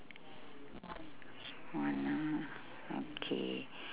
okay